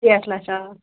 شیٹھ لَچھ آ